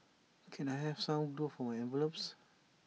can I have some glue for my envelopes